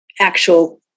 actual